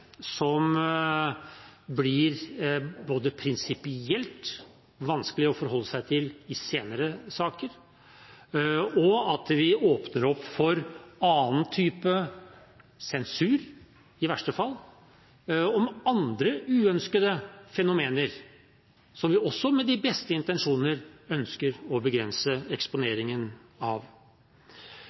både blir prinsipielt vanskelig å forholde seg til i senere saker, og der vi i verste fall åpner opp for annen type sensur av andre uønskede fenomener, som vi også med de beste intensjoner ønsker å begrense eksponeringen av.